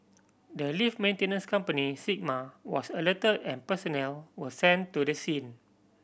the lift maintenance company Sigma was alert and personnel were sent to the scene